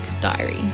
diary